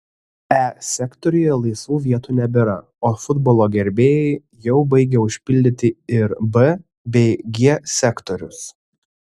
e sektoriuje laisvų vietų nebėra o futbolo gerbėjai jau baigia užpildyti ir b bei g sektorius